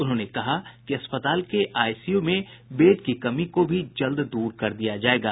उन्होंने कहा कि अस्पताल के आईसीयू में बेड की कमी को भी जल्द दूर कर लिया जायेगा